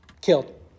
killed